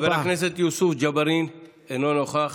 חבר הכנסת יוסף ג'בארין, אינו נוכח,